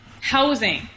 housing